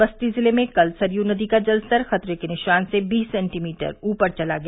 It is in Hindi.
बस्ती जिले में कल सरयू नदी का जलस्तर खतरे के निशान से बीस सेंटीमीटर ऊपर चला गया